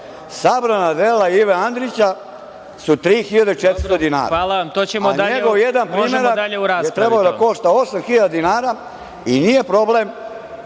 Sabrana dela Ive Andrića su 3.400 dinara, a njegov jedan primerak je trebao da košta 8.000 dinara. Nije problem